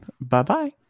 Bye-bye